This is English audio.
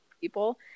people